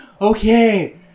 Okay